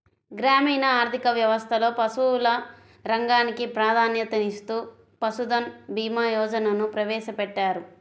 గ్రామీణ ఆర్థిక వ్యవస్థలో పశువుల రంగానికి ప్రాధాన్యతనిస్తూ పశుధన్ భీమా యోజనను ప్రవేశపెట్టారు